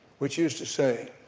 which is to say,